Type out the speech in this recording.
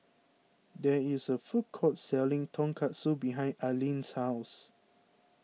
there is a food court selling Tonkatsu behind Alleen's house